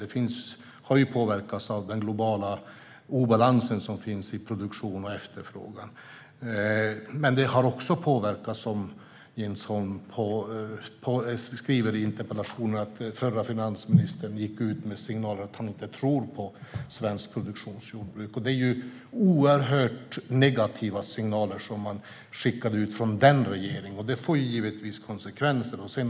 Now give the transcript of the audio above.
Det har påverkats av den globala obalans som finns mellan produktion och efterfrågan. Men det har också, som Jens Holm skriver i interpellationen, påverkats av att förra finansministern gick ut med signalen att han inte tror på svenskt produktionsjordbruk. Det var oerhört negativa signaler som man skickade ut från den regeringen. Det får givetvis konsekvenser.